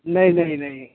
नहीं नहीं नहीं